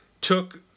took